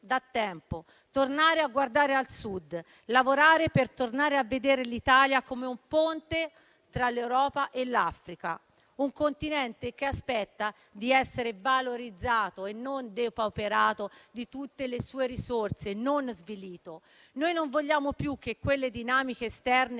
da tempo: tornare a guardare al Sud, lavorare per tornare a vedere l'Italia come un ponte tra l'Europa e l'Africa, un continente che aspetta di essere valorizzato e non depauperato di tutte le sue risorse, non svilito. Non vogliamo più che quelle dinamiche esterne